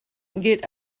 gilt